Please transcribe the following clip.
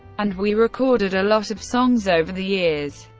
and we recorded a lot of songs over the years.